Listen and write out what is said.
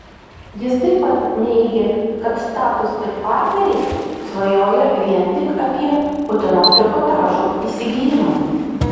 jis taip pat neigė kad status ir partneriai svajoja vien tik apie utenos trikotažo įsigijimą